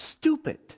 stupid